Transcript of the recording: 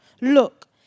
look